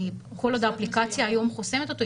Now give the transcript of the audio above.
כי כל עוד האפליקציה היום חוסמת אותו,